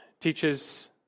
teaches